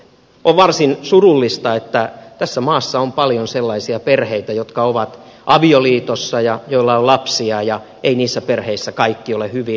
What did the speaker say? on varsin surullista että tässä maassa on paljon sellaisia perheitä jotka ovat avioliitossa joilla on lapsia eikä niissä perheissä kaikki ole hyvin